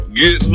get